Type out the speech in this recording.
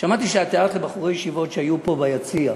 שמעתי שאת הערת לבחורי ישיבות שהיו פה ביציע.